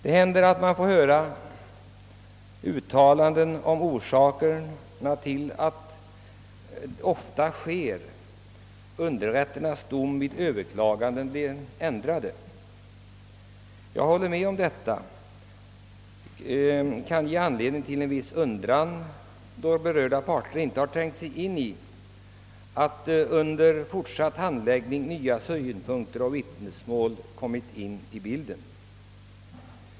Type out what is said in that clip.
Det händer att vi får höra uttalanden om orsakerna till att underrätternas domar genom överklaganden ofta blir ändrade. Jag håller med om att detta kan ge anledning till en viss undran, då berörda parter inte har tänkt på att nya synpunkter och vittnesmål kommit in i bilden under den fortsatta handläggningen.